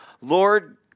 Lord